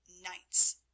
knights